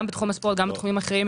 גם בתחום הספורט וגם בתחומים אחרים,